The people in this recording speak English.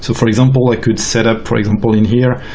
so for example, i could set up, for example, in here,